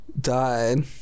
died